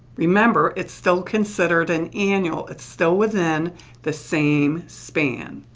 remember, it's still considered an annual it's still within the same span.